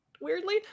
weirdly